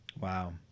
wow